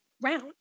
round